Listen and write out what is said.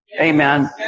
amen